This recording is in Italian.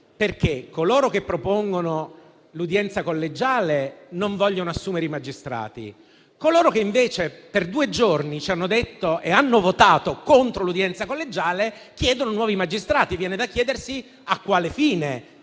che infatti propongono l'udienza collegiale non voglio assumere i magistrati, coloro che invece per due giorni ci hanno detto e hanno votato contro l'udienza collegiale, chiedono nuovi magistrati. Viene da chiedersi a quale fine,